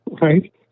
right